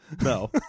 No